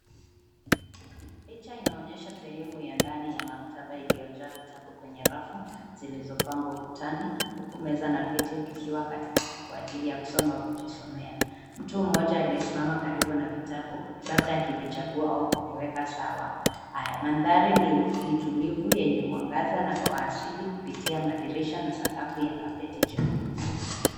Picha inaonyesha sehemu ya ndani ya maktaba iliyojaa vitabu kwenye rafu zilizopangwa ukutani huku meza na viti vikiwa katikati kwa ajili ya kusoma au kujisomea. Mtu mmoja aliyesimama karibu na vitabu, labda akivichagua au kuviweka sawa. Mandhari ni tulivu na yenye mwangaza wa asili kupitia madirisha na na sakafu ya kapeti jekundu.